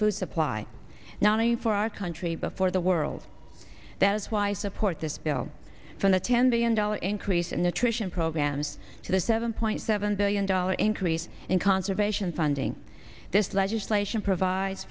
food supply nonny for our country before the world that is why i support this bill from the ten billion dollars increase in nutrition programs to the seven point seven billion dollars increase in conservation funding this legislation provides